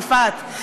יפעת,